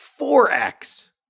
4x